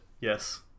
yes